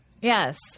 Yes